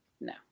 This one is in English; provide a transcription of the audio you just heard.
no